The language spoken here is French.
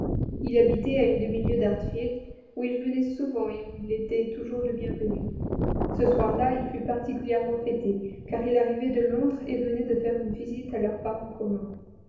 il habitait à une demi-lieue d'hartfield où il venait souvent et où il était toujours le bienvenu ce soir là il fut particulièrement fêté car il arrivait de londres et venait de faire une visite à leurs parents communs